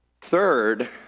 Third